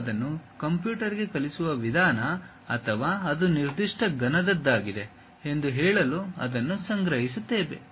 ನಾವು ಅದನ್ನು ಕಂಪ್ಯೂಟರ್ಗೆ ಕಲಿಸುವ ವಿಧಾನ ಅಥವಾ ಅದು ನಿರ್ದಿಷ್ಟ ಘನದದ್ದಾಗಿದೆ ಎಂದು ಹೇಳಲು ಅದನ್ನು ಸಂಗ್ರಹಿಸುತ್ತೇವೆ